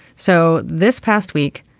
so this past week,